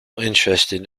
interested